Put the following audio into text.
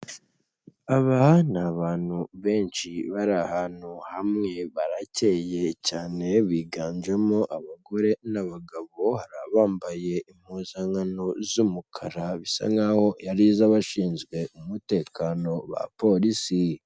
Aba ni abantu benshi bari ahantu hamwe baracye cyane biganjemo abagore n'abagabo hari abambaye impuzankano z'umukara bisa nk'aho ari iz'abashinzwe umutekano ba polisi.